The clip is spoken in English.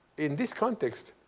in this context,